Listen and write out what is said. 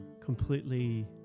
completely